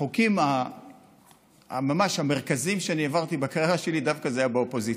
החוקים המרכזיים שהעברתי בקריירה שלי היו דווקא מהאופוזיציה.